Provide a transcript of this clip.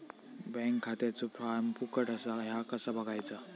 Bank खात्याचो form फुकट असा ह्या कसा बगायचा?